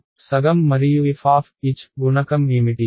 సగం మరియు f గుణకం ఏమిటి